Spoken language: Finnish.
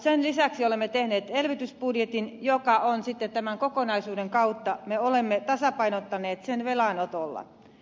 sen lisäksi olemme tehneet elvytysbudjetin jonka sitten tämän kokonaisuuden kautta me olemme tasapainottaneet velanotolla